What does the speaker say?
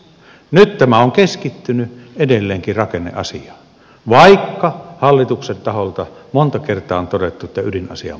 nyt tämä on keskittynyt edelleenkin rakenneasiaan vaikka hallituksen taholta monta kertaa on todettu että ydinasia on palvelut